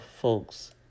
folks